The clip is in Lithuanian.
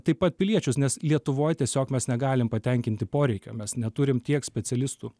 taip pat piliečius nes lietuvoj tiesiog mes negalim patenkinti poreikio mes neturim tiek specialistų